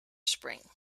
spring